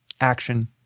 action